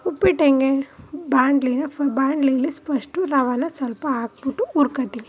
ಉಪ್ಪಿಟ್ಟು ಹೆಂಗೆ ಬಾಣಲೆನ ಫ ಬಾಣಲೆಲಿ ಫಸ್ಟು ರವೆನಾ ಸ್ವಲ್ಪ ಹಾಕ್ಬಿಟ್ಟು ಉರ್ಕೊಳ್ತೀನಿ